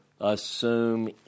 assume